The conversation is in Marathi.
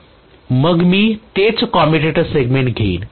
मग मी तेच कम्युटर सेगमेंट्स घेईन